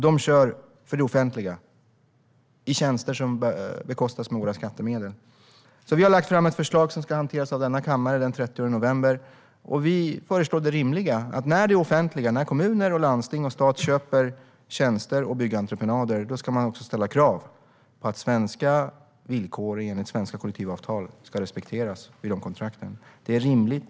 De kör för det offentliga, i tjänster som bekostas med våra skattemedel. Vi har alltså lagt fram ett förslag som ska hanteras av denna kammare den 30 november, och där föreslår vi det rimliga: När det offentliga, det vill säga stat, kommuner och landsting, köper tjänster och byggentreprenader ska man också ställa krav på att svenska villkor enligt svenska kollektivavtal ska respekteras i jobbkontrakten. Det är rimligt.